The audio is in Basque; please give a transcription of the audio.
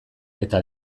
eta